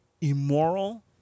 immoral